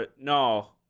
No